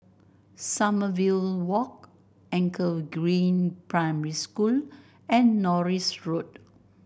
Sommerville Walk Anchor Green Primary School and Norris Road